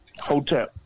Hotel